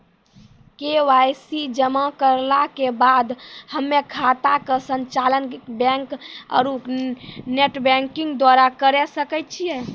KYC जमा करला के बाद हम्मय खाता के संचालन बैक आरू नेटबैंकिंग द्वारा करे सकय छियै?